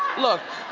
look.